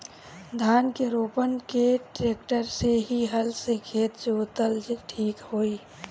धान के रोपन मे ट्रेक्टर से की हल से खेत जोतल ठीक होई?